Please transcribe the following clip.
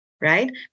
right